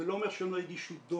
זה לא אומר שהם לא הגישו דוח.